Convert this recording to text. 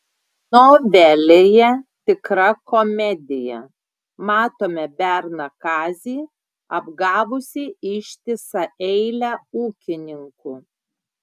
novelėje tikra komedija matome berną kazį apgavusį ištisą eilę ūkininkų